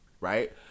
right